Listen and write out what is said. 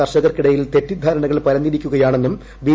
കർഷകർക്കിടയിൽ തെറ്റിദ്ധാരണകൾ പരന്നിരിക്കുകയാണെന്നും ബി